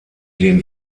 den